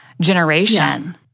generation